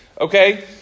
Okay